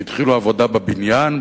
הם התחילו בעבודה בבניין,